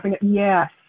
Yes